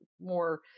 more